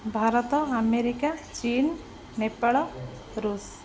Bharat America ଚୀନ ନେପାଳ ଋଷ୍